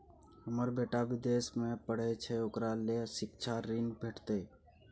हमर बेटा विदेश में पढै छै ओकरा ले शिक्षा ऋण भेटतै?